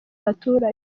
baturage